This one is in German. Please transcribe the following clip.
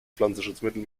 pflanzenschutzmittel